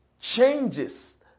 changes